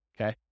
okay